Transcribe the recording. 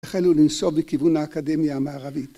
התחלנו לנסוע בכיוון האקדמיה המערבית.